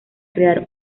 crear